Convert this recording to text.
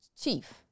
Chief